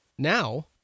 Now